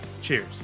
Cheers